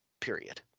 period